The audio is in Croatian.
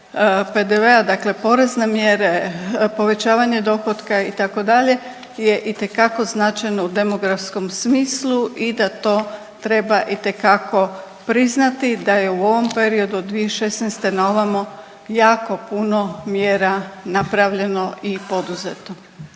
PDV-a, dakle porezne mjere, povećavanje dohotka, itd. je itekako značajno u demografskom smislu i da to treba itekako priznati, da je u ovom periodu od 2016. naovamo jako puno mjera napravljeno i poduzeto.